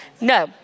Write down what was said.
No